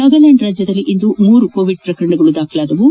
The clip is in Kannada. ನಾಗಾಲ್ಡಾಂಡ್ನಲ್ಲಿ ಇಂದು ಮೂರು ಕೋವಿಡ್ ಪ್ರಕರಣಗಳು ದಾಖಲಾಗಿದ್ದು